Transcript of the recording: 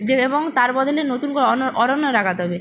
যে এবং তার বদলে নতুন করে অরণ্য লাগাতে হবে